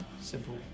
simple